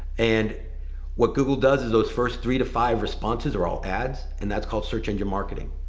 and what google does is those first three to five responses are all ads, and that's called search engine marketing.